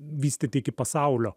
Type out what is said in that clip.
vystyti iki pasaulio